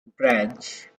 branch